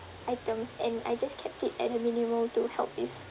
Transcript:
items and I just kept it at a minimum to help if